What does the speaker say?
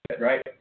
right